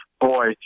Boy